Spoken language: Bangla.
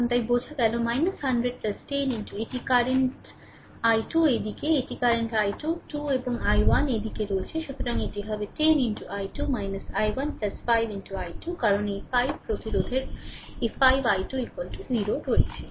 এখন তাই বোঝা গেল 100 10 এটি কারেন্ট i2 এই দিক এটি কারেন্ট i2 2 এবং i1 এই দিকে রয়েছে সুতরাং এটি হবে 10 i2 i1 5 i2 কারণ এই 5 Ω প্রতিরোধের এই 5 i2 0 রয়েছে